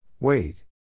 Wait